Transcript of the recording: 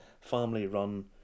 family-run